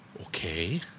Okay